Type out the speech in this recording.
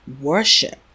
worship